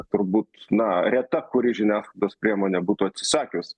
turbūt na reta kuri žiniasklaidos priemonė būtų atsisakius